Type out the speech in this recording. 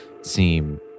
seem